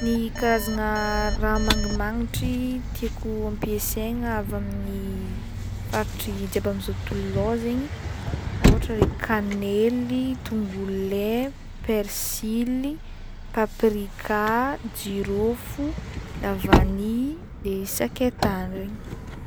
Ny karazagna raha mangimagnitry tiako ampiasaigna avy avy amin'ny faritry jiaby am'zao tontolo zao zaigny ôhatra ry kanely, tongolo lay, persily, paprika, jirôfo, lavany de sakaitany regny.